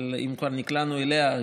אבל אם כבר נקלענו אליה,